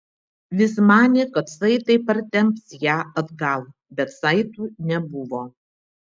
vis manė kad saitai partemps ją atgal bet saitų nebuvo